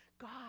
God